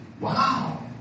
wow